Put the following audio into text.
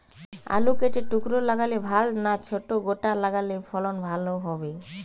আলু কেটে টুকরো লাগালে ভাল না ছোট গোটা লাগালে ফলন ভালো হবে?